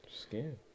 skin